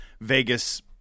Vegas